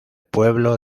pueblo